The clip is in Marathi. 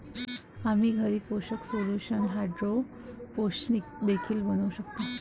आम्ही घरी पोषक सोल्यूशन हायड्रोपोनिक्स देखील बनवू शकतो